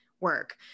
work